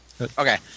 Okay